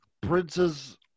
Prince's